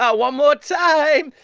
ah one more time.